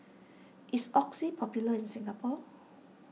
is Oxy popular in Singapore